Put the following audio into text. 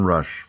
Rush